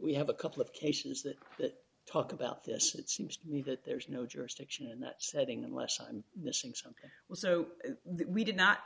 we have a couple of cases that that talk about this it seems to me that there is no jurisdiction in that setting unless i'm missing something well so we did not